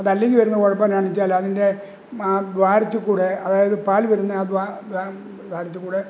അത് അല്ലെങ്കില് വരുന്ന കുഴപ്പം എന്നാന്ന് വച്ചാലതിൻ്റെ ആ ദ്വാരത്തില് കൂടെ അതായത് പാല് വരുന്ന ആ ദ്വാ ദ്വാ ദ്വാരത്തീക്കൂടെ